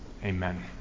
Amen